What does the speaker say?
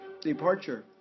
departure